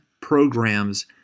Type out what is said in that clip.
programs